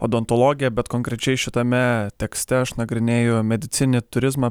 odontologiją bet konkrečiai šitame tekste aš nagrinėju medicininį turizmą